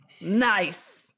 nice